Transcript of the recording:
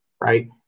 right